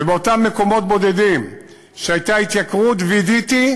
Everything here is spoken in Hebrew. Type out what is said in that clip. ובאותם מקומות בודדים שהייתה התייקרות וידאתי